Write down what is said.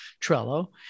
Trello